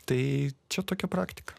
tai čia tokia praktika